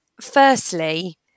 firstly